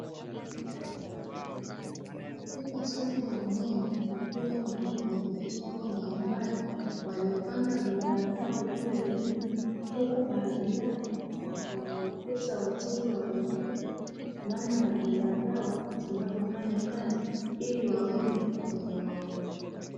Katika soko la ndani kukiwa na wafanyabiashara mbalimbali waliopanga bidhaa zao juu ya meza, huku baadhi yao wakielekeza wateja waliofika namna ya bidhaa zao zinavyofanya kazi ili waweze kuzinunua.